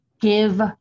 give